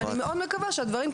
ואני מאוד מקווה שהדברים,